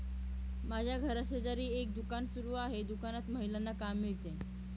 माझ्या घराशेजारी एक दुकान सुरू आहे दुकानात महिलांना काम मिळते